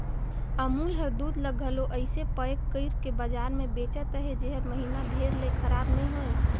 अमूल हर दूद ल घलो अइसे पएक कइर के बजार में बेंचत अहे जेहर महिना भेर ले खराब नी होए